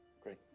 Great